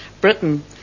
Britain